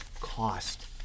cost